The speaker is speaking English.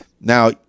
Now